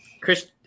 Chris